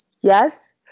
Yes